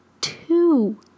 Two